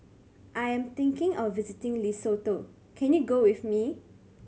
I am thinking of visiting Lesotho can you go with me